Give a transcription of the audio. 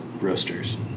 roasters